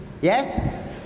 Yes